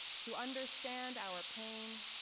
to understand our pain,